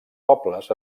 pobles